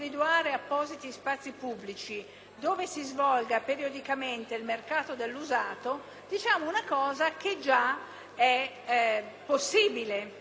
Certo, c'è tutta la parte degli accordi, che è aggiuntiva ed utile. Tuttavia accade che nelle aree più virtuose del nostro Paese